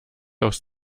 aufs